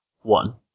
One